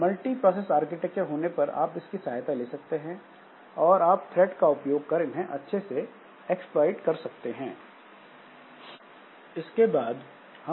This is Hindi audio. मल्टिप्रोसेसर आर्किटेक्चर होने पर आप इसकी सहायता ले सकते हैं और आप थ्रेड का उपयोग कर इन्हें अच्छे से एक्सप्लोइट कर सकते हैं